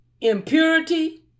impurity